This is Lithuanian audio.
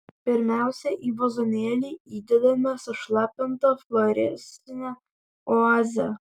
pirmiausia į vazonėlį įdedame sušlapintą floristinę oazę